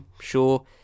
sure